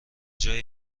جای